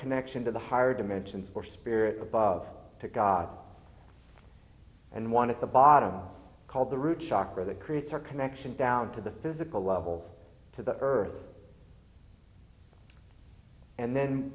connection to the higher dimensions or spirit above to god and one at the bottom called the root chakra that creates our connection down to the physical level to the earth and then